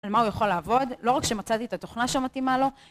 על מה הוא יכול לעבוד, לא רק שמצאתי את התוכנה שמתאימה לו